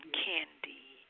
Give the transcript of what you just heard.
candy